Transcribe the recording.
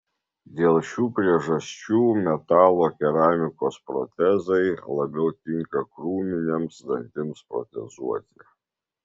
dėl šių priežasčių metalo keramikos protezai labiau tinka krūminiams dantims protezuoti